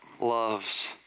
loves